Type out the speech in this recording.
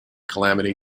calamity